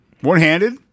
One-handed